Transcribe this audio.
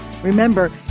Remember